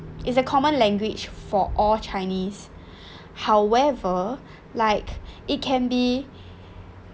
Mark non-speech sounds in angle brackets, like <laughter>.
is a common language for all chinese <breath> however like it can be